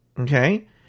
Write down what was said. okay